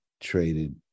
traded